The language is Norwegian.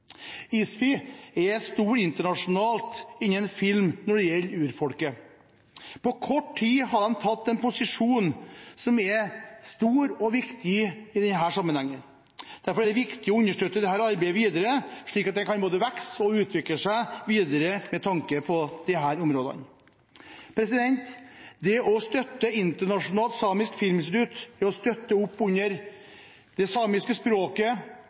ISFI er store internasjonalt innen film som gjelder urfolket. På kort tid har de tatt en posisjon som er stor og viktig i denne sammenhengen. Derfor er det viktig å understøtte dette arbeidet, slik at det kan både vokse og utvikle seg videre på disse områdene. Det å støtte Internasjonalt Samisk Filminstitutt er å støtte opp under det samiske språket,